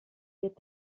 wird